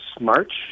March